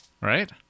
right